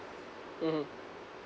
mmhmm